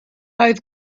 oedd